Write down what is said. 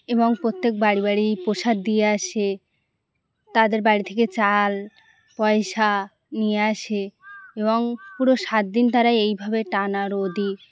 এবং প্রত্যেক বাড়ি বাড়ি প্রসাদ দিয়ে আসে তাদের বাড়ি থেকে চাল পয়সা নিয়ে আসে এবং পুরো সাত দিন তারা এইভাবে টানা রোদে